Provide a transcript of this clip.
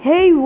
Hey